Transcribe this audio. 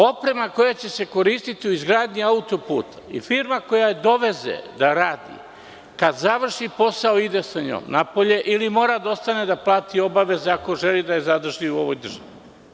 Oprema koja će se koristiti u izgradnji autoputa i firma koja je doveze da radi, kada završi posao ide sa njom napolje ili mora da ostane da plati obaveze ako želi da je zadrži u ovoj državi.